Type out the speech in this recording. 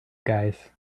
guys